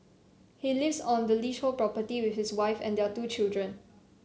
he lives on the leasehold property with his wife and their two children